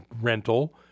rental